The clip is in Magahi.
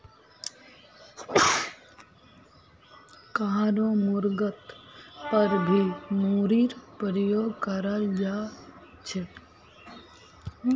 कहारो मर्गत पर भी मूरीर प्रयोग कराल जा छे